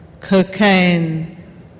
cocaine